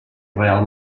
reial